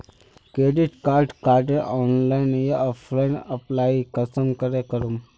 Credit कार्डेर online या offline apply कुंसम करे करूम?